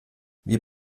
wir